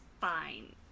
fine